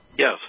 Yes